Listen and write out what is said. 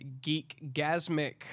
GeekGasmic